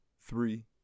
three